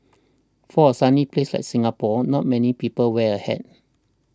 for a sunny place like Singapore not many people wear a hat